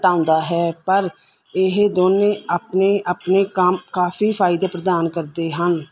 ਘਟਾਉਂਦਾ ਹੈ ਪਰ ਇਹ ਦੋਵੇਂ ਆਪਣੇ ਆਪਣੇ ਕੰਮ ਕਾਫੀ ਫਾਇਦੇ ਪ੍ਰਦਾਨ ਕਰਦੇ ਹਨ